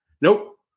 Nope